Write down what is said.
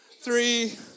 three